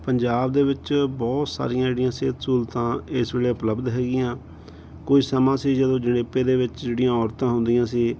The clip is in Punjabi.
ਪੰਜਾਬ ਦੇ ਵਿੱਚ ਬਹੁਤ ਸਾਰੀਆਂ ਜਿਹੜੀਆਂ ਸਿਹਤ ਸਹੂਲਤਾਂ ਇਸ ਵੇਲੇ ਉਪਲੱਬਧ ਹੈਗੀਆਂ ਕੋਈ ਸਮਾਂ ਸੀ ਜਦੋਂ ਜਣੇਪੇ ਦੇ ਵਿੱਚ ਜਿਹੜੀਆਂ ਔਰਤਾਂ ਹੁੰਦੀਆਂ ਸੀ